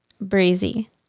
Breezy